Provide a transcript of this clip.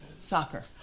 Soccer